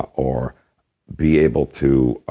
or be able to